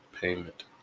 payment